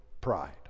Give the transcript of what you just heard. pride